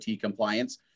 compliance